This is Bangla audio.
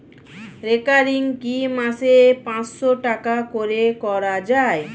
রেকারিং কি মাসে পাঁচশ টাকা করে করা যায়?